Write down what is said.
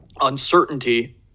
uncertainty